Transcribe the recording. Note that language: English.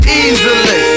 easily